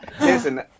listen